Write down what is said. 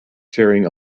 sharing